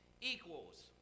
equals